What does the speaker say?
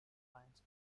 defiance